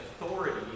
authority